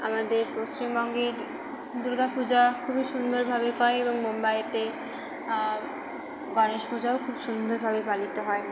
আমাদের পশ্চিমবঙ্গের দুর্গা পূজা খুবই সুন্দরভাবে হয় এবং মুম্বাইতে গণেশ পূজাও খুব সুন্দরভাবে পালিত হয়